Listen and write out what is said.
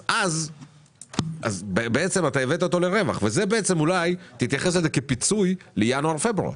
אז אתה הבאת אותו לרווח ואולי תתייחס לזה כפיצוי לינואר-פברואר.